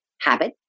habit